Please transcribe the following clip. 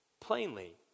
plainly